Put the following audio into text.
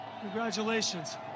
Congratulations